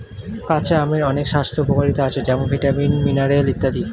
কাঁচা আমের অনেক স্বাস্থ্য উপকারিতা আছে যেমন ভিটামিন, মিনারেল ইত্যাদি